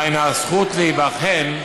דהיינו, הזכות להיבחן,